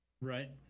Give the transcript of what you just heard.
Right